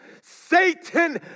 Satan